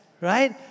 right